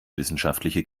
wissenschaftliche